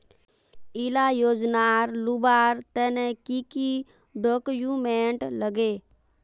इला योजनार लुबार तने की की डॉक्यूमेंट लगे?